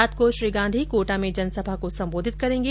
रात को श्री गांधी कोटा में जनसभा को संबोधित करेंगे